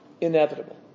inevitable